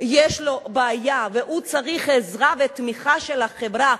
יש לו בעיה והוא צריך עזרה ותמיכה של החברה,